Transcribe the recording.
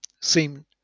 seem